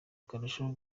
karushaho